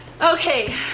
Okay